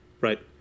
Right